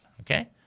Okay